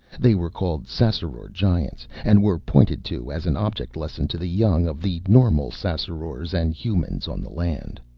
they were called ssassaror-giants and were pointed to as an object lesson to the young of the normal ssassarors and humans on the land.